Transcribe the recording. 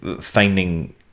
finding